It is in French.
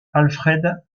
alfred